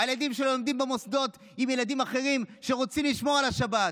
הילדים שלו לומדים במוסדות עם ילדים אחרים שרוצים לשמור על השבת.